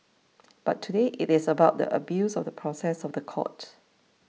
but today it is about the abuse of the process of the court